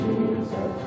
Jesus